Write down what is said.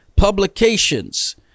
publications